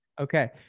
okay